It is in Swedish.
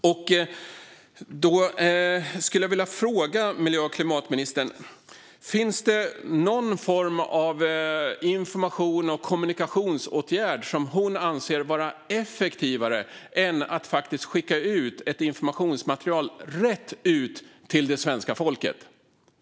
Jag skulle vilja fråga miljö och klimatministern: Finns det någon information eller kommunikationsåtgärd som hon anser vara effektivare än att man skickar ut ett informationsmaterial rakt ut till svenska folket?